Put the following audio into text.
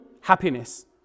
happiness